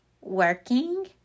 working